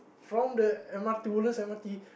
from the M_R_T Woodlands M_R_T